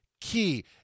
key